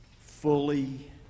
fully